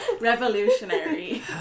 revolutionary